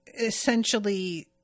essentially